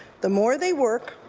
the more they work,